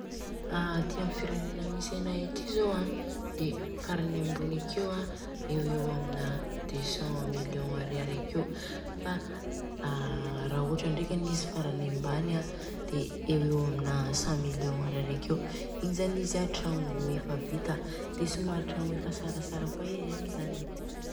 Aa aty amin'ny firenena misy anay aty zô de eo amin'ny farany ambony akeo an eo ho eo amina deux cent millions ariary akeo. Fa aaa ra ohatra ndreka izy farany ambany an de eo ho eo amina cent millions ariary akeo. Igny zany izy a tragno efa vita de somary tragno efa tsaratsara koa izy amizany.